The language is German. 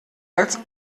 als